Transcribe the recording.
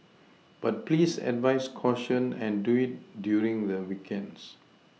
but please advise caution and do it during the weekends